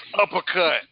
uppercut